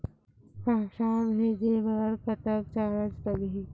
पैसा भेजे बर कतक चार्ज लगही?